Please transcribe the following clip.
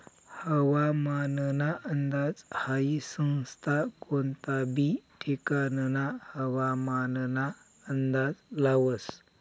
हवामानना अंदाज हाई संस्था कोनता बी ठिकानना हवामानना अंदाज लावस